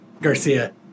Garcia